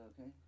okay